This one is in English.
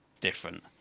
different